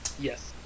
Yes